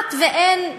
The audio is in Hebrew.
כמעט אין,